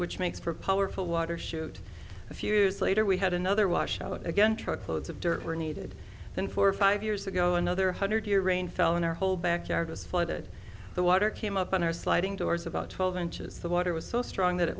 which makes for powerful water shoot a fuse later we had another wash out again truckloads of dirt were needed then four or five years ago another hundred year rain fell in our whole backyard was flooded the water came up on our sliding doors about twelve inches the water was so strong that it